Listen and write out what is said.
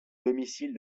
domicile